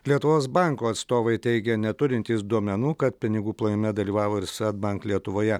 lietuvos banko atstovai teigia neturintys duomenų kad pinigų plovime dalyvavo ir svedbank lietuvoje